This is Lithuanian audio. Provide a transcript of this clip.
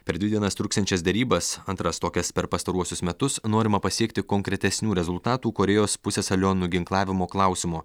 per dvi dienas truksiančias derybas antras tokias per pastaruosius metus norima pasiekti konkretesnių rezultatų korėjos pusiasalio nuginklavimo klausimu